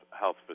health